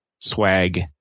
swag